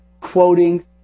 quoting